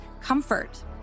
comfort